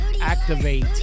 activate